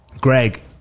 Greg